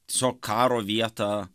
tiesiog karo vietą